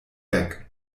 weg